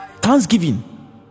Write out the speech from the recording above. Thanksgiving